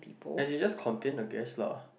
as in just contain the gas lah